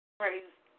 praise